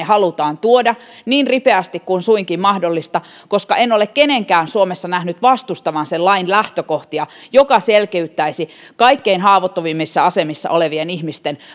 halutaan tuoda niin ripeästi kuin suinkin mahdollista koska en ole kenenkään suomessa nähnyt vastustavan sen lain lähtökohtia joka selkeyttäisi vaikkapa kaikkein haavoittuvimmissa asemissa olevien ihmisten